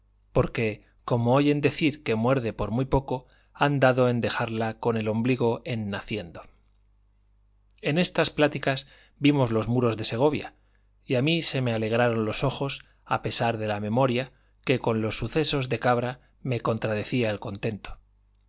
porque como oyen decir que muerde por muy poco han dado en dejarla con el ombligo en naciendo en estas pláticas vimos los muros de segovia y a mí se me alegraron los ojos a pesar de la memoria que con los sucesos de cabra me contradecía el contento